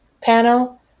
panel